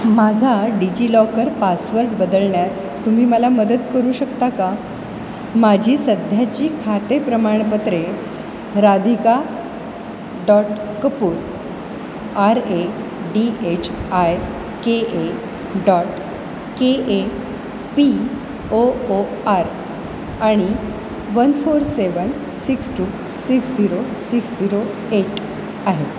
माझा DigiLocker password बदलण्यात तुम्ही मला मदत करू शकता का माझी सध्याची खाते प्रमाणपत्रे Radhika dot Kapoor R A D H I K A dot K A P O O R आणि one four seven six two six zero six zero eight आहेत